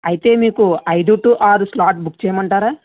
అయితే మీకు ఐదు టు ఆరు స్లాట్ బుక్ చేయమంటారా